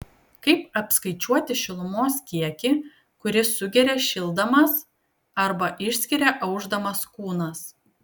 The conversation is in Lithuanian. kaip apskaičiuoti šilumos kiekį kurį sugeria šildamas arba išskiria aušdamas kūnas